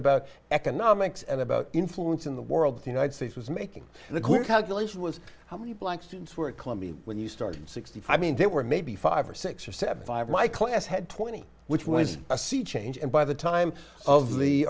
about economics and about influence in the world the united states was making the queer calculation was how many black students were at columbia when you started sixty five mean they were maybe five or six or seven five my class had twenty which was a sea change and by the time of the